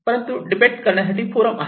परंतु डिबेट करण्यासाठी फोरम आहे